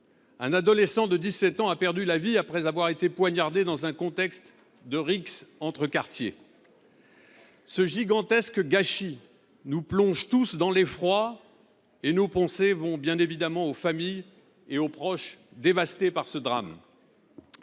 un adolescent de 17 ans a perdu la vie après avoir été poignardé dans un contexte de rixe entre quartiers. Ce gigantesque gâchis nous plonge tous dans l’effroi et nos pensées vont bien évidemment aux familles et aux proches bouleversés par ce drame.